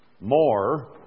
more